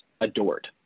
adored